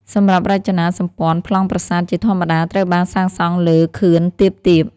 សម្រាប់រចនាសម្ព័ន្ធប្លង់ប្រាសាទជាធម្មតាត្រូវបានសាងសង់លើ ខឿនទាបៗ។